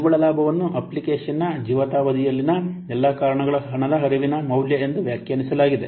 ನಿವ್ವಳ ಲಾಭವನ್ನು ಅಪ್ಲಿಕೇಶನ್ನ ಜೀವಿತಾವಧಿಯಲ್ಲಿನ ಎಲ್ಲಾ ಕಾರಣಗಳ ಹಣದ ಹರಿವಿನ ಮೌಲ್ಯ ಎಂದು ವ್ಯಾಖ್ಯಾನಿಸಲಾಗಿದೆ